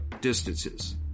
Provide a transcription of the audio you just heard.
distances